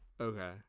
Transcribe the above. Okay